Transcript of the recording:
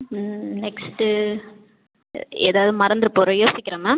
next ஏதாவது மறந்துவிட போகிறேன் யோசிக்கிறேன் மேம்